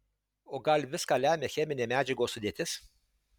o gal viską lemia cheminė medžiagos sudėtis